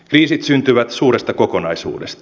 kriisit syntyvät suuresta kokonaisuudesta